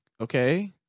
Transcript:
Okay